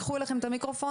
קחו אליכן את המיקרופון.